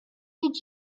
did